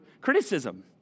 criticism